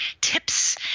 tips